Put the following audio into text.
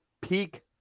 peak